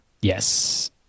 yes